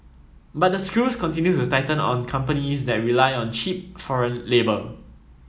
but the screws continue to tighten on companies that rely on cheap foreign labour